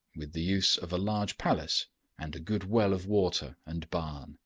with the use of a large palace and a good well of water and barn.